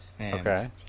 Okay